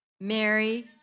Mary